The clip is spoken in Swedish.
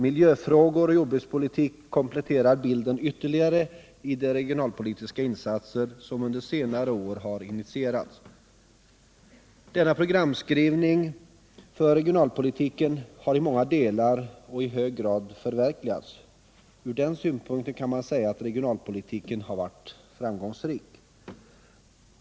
Miljöfrågor och jordbrukspolitik kompletterar bilden ytterligare i de regionalpolitiska insatser som har initierats under senare år. Denna programskrivning för regionalpolitiken har i många delar och i hög grad förverkligats. Från den synpunkten kan man säga att regionalpolitiken har varit framgångsrik.